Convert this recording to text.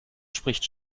spricht